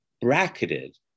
bracketed